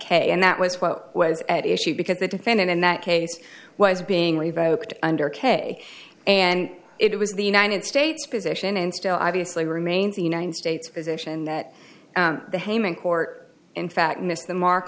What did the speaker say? k and that was what was at issue because the defendant in that case was being revoked under k and it was the united states position and still obviously remains the united states position that the haman court in fact missed the mark